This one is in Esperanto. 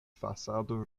fasado